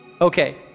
Okay